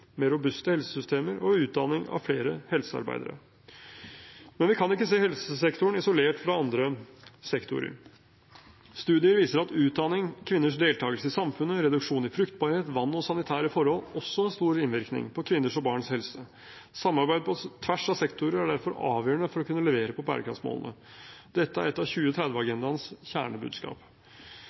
mer robuste helsesystemer og utdanning av flere helsearbeidere. Men vi kan ikke se helsesektoren isolert fra andre sektorer. Studier viser at utdanning, kvinners deltakelse i samfunnet, reduksjon i fruktbarhet, vann og sanitære forhold også har stor påvirkning på kvinners og barns helse. Samarbeid på tvers av sektorer er derfor avgjørende for å kunne levere på bærekraftsmålene. Dette er et av 2030-agendaens kjernebudskap.